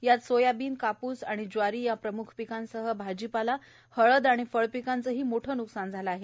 यात सोयाबिन कापूस ज्वारी या प्रम्ख पिकांसह भाजीपाला हळदी आणि फळपिकांचे मोठे नुकसान झाले आहे